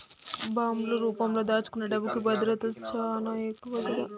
బాండ్లు రూపంలో దాచుకునే డబ్బుకి భద్రత చానా ఎక్కువ గదా